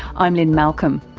i'm lynne malcolm.